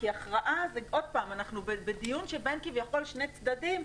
עוד פעם אנחנו בדיון שבין כביכול שני צדדים,